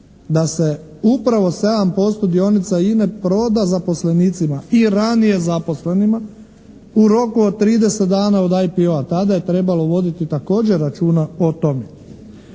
da se upravo 7% dionica INA-e proda zaposlenicima i ranije zaposlenima u roku od 30 dana od IPO-a. Tada je trebalo voditi također računa o tome.